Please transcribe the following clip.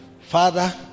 father